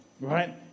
right